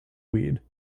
weed